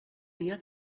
dia